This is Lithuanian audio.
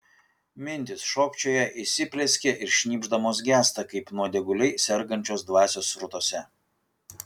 mintys šokčioja įsiplieskia ir šnypšdamos gęsta kaip nuodėguliai sergančios dvasios srutose